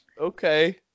Okay